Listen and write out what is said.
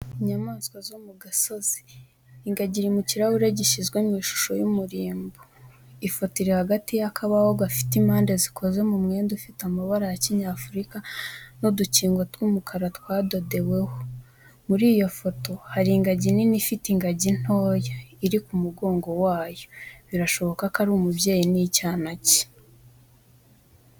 Inyamaswa zo mu gasozi. Ingagi iri mu kirahure gishyizwe mu ishusho y’umurimbo. Ifoto iri hagati y’akabaho gafite impande zikoze mu mwenda ufite amabara ya kinyafurika n’udukingo tw’umukara twadodeweho. Muri iyo foto, hari ingagi nini ifite ingagi ntoya iri ku mugongo wayo, birashoboka ko ari umubyeyi n’icyana cye .